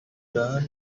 this